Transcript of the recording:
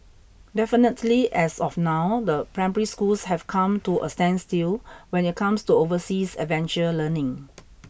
definitely as of now the primary schools have come to a standstill when it comes to overseas adventure learning